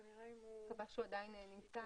אני מקווה שהוא עדיין נמצא.